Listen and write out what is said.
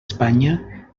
espanya